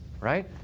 right